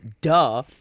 duh